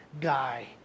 guy